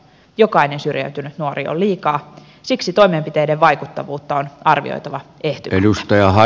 jokainen syrjäytynyt nuori on liikaa siksi toimenpiteiden vaikuttavuutta on arvioitava ehtymättä